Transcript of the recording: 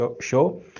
show